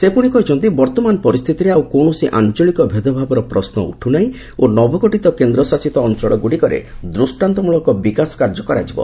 ସେ ପୁଣି କହିଛନ୍ତି ବର୍ତ୍ତମାନ ପରିସ୍ଥିତିରେ ଆଉ କୌଣସି ଆଞ୍ଚଳିକ ଭେଦଭାବର ପ୍ରଶ୍ନ ଉଠୁନାହିଁ ଓ ନବଗଠିତ କେନ୍ଦ୍ରଶାସିତ ଅଞ୍ଚଳଗୁଡ଼ିକରେ ଦୃଷ୍ଟାନ୍ତମଳକ ବିକାଶ କାର୍ଯ୍ୟ କରାଯିବ